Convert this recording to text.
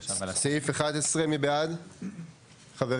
סעיף 11. מי בעד, חברינו?